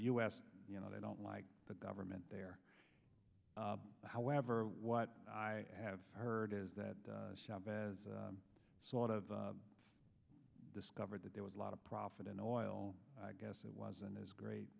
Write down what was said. s you know they don't like the government there however what i have heard is that chavez sort of discovered that there was a lot of profit in oil i guess it wasn't as great